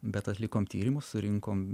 bet atlikom tyrimus surinkom